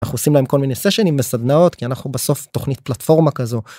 עושים להם כל מיני סשנים וסדנאות, כי אנחנו בסוף תוכנית פלטפורמה כזו.